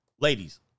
Ladies